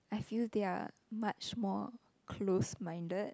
I feel they are much more close minded